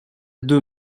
deux